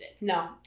No